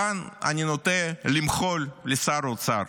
כאן אני נוטה למחול לשר האוצר.